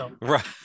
Right